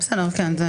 בסדר, כן.